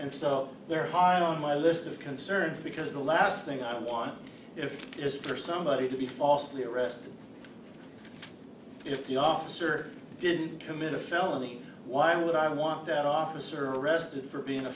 and so very hard on my list of concerns because the last thing i want if mr somebody to be falsely arrested if the officer didn't commit a felony why would i want that officer arrested for being a